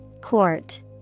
Court